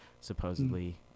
supposedly